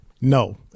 no